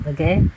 Okay